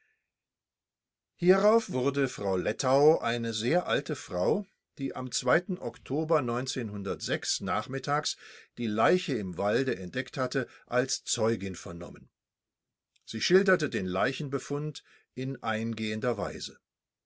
hierauf wurde frau lettau eine sehr alte frau die am oktober nachmittags die leiche im walde entdeckt hatte als zeugin vernommen sie schilderte den leichenbefund in eingehender weise